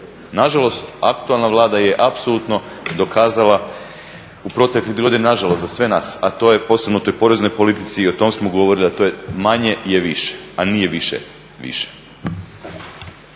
Nažalost, aktualna Vlada je apsolutno dokazala u protekle … godine nažalost za sve nas, a to je posebno u toj poreznoj politici i o tom smo govorili, a to je manje je više, a nije više više.